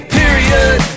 period